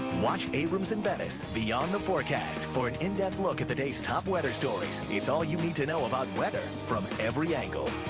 watch abrams and bettes beyond the forecast for in-depth look into today's top weather stories. it's all you need to know about weather from every angle.